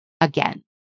again